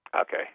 Okay